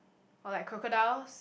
or like crocodiles